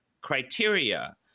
criteria